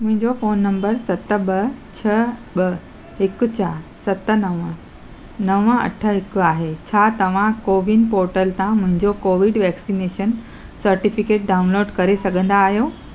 मुंहिंजो phone number सत ॿ छह ॿ हिक चारि सत नव नव अठ हिक आहे छा तव्हां कोविन पोटल तां मुंहिंजो कोविड वैक्सनेशन सर्टिफिकेट डाउनलोड करे सघंदा आहियो